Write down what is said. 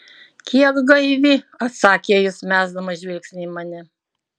kiek gaivi atsakė jis mesdamas žvilgsnį į mane